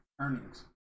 earnings